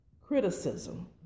criticism